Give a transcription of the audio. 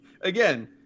again